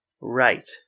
Right